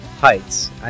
heights